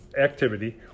activity